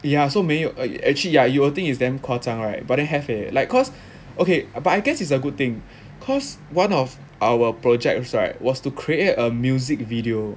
ya so 没有 actually ya you will think it's damn 夸张 right but then have eh like cause okay but I guess it's a good thing cause one of our projects right was to create a music video